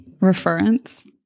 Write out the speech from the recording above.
Reference